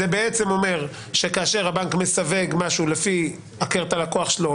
זה בעצם אומר שכאשר הבנק מסווג משהו לפי הכר את הלקוח שלו או